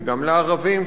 וגם לערבים,